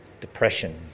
depression